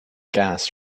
gas